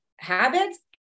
habits